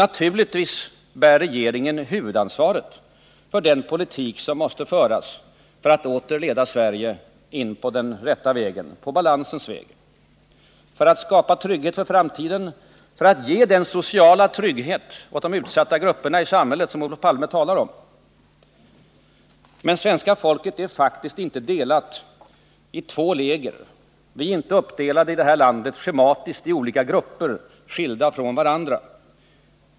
Naturligtvis bär regeringen huvudansvaret för den politik som måste föras för att åter leda Sverige in på den rätta vägen, på balansens väg, för att skapa trygghet för framtiden, för att ge den sociala trygghet åt de utsatta grupperna i samhället som Olof Palme talar om. Men svenska folket är faktiskt inte delat i två läger. Vi är inte uppdelade i det här landet schematiskt i olika grupper, skilda från varandra.